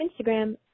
Instagram